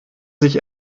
sich